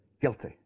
guilty